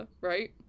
right